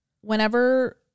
Whenever